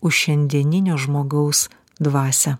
už šiandieninio žmogaus dvasią